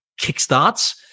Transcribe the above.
kickstarts